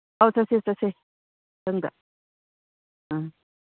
ꯑꯧ ꯆꯠꯁꯦ ꯆꯠꯁꯦ ꯃꯊꯪꯗ ꯑꯥ